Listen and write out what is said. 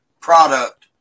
product